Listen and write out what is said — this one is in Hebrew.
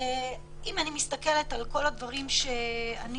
אם אני מסתכלת על כל הדברים שאמרתי,